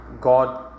God